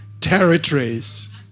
territories